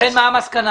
ולכן מה המסקנה?